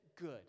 good